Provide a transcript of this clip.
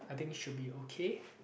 I think should be okay